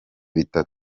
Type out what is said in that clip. bitanu